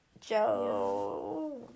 Joe